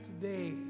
today